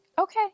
Okay